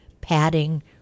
padding